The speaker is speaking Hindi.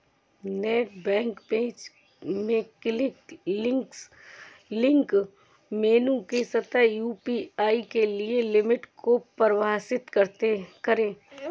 नेट बैंक पेज में क्विक लिंक्स मेनू के तहत यू.पी.आई के लिए लिमिट को परिभाषित करें